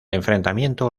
enfrentamiento